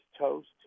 toast